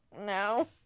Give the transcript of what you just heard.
No